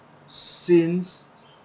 since